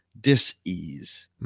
dis-ease